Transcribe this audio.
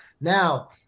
Now